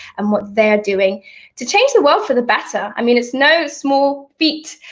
and what they're doing to change the world for the better. i mean, it's no small feat.